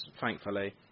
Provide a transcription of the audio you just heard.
thankfully